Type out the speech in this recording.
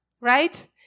right